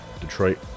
Detroit